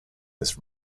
this